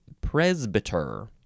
Presbyter